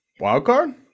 Wildcard